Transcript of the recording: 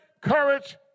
courage